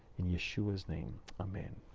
in yeshua's name, amen.